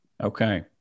okay